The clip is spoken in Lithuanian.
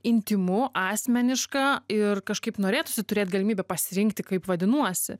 intymu asmeniška ir kažkaip norėtųsi turėt galimybę pasirinkti kaip vadinuosi